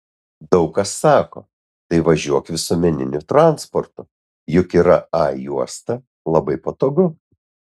daug kas sako tai važiuok visuomeniniu transportu juk yra a juosta labai patogu